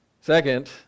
Second